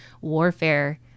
warfare